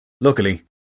Luckily